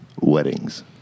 Weddings